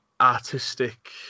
artistic